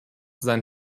sein